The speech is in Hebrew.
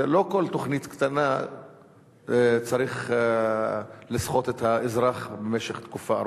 לא על כל תוכנית קטנה צריך לסחוט את האזרח במשך תקופה ארוכה.